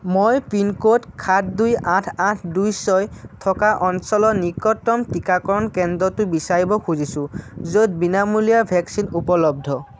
মই পিনক'ড সাত দুই আঠ আঠ দুই ছয় থকা অঞ্চলৰ নিকটতম টিকাকৰণ কেন্দ্ৰটো বিচাৰিব খুজিছো য'ত বিনামূলীয়া ভেকচিন উপলব্ধ